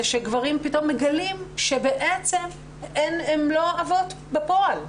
שגברים פתאום מגלים שבעצם הם לא אבות בפועל,